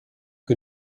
que